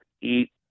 Eat